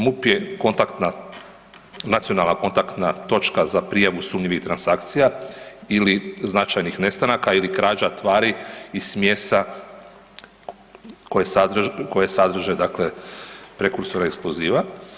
MUP je kontaktna, nacionalna kontaktna točka za prijavu sumnjivih transakcija ili značajnih nestanaka ili krađa tvari i smjesa koje sadrže dakle prekursore eksploziva.